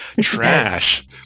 Trash